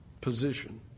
position